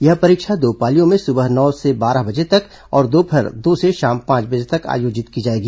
यह परीक्षा दो पालियों में सुबह नौ से बारह बजे तक और दोपहर दो से शाम पांच बजे तक आयोजित की जाएगी